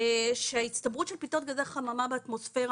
שההצטברות של פליטות גזי חממה באטמוספירה,